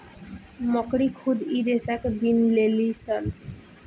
मकड़ी खुद इ रेसा के बिन लेलीसन